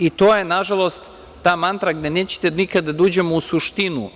I to je, nažalost, ta mantra gde nećete nikada da uđemo u suštinu.